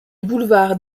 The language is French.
boulevard